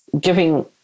giving